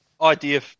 Idea